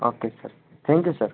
okay sir thank you sir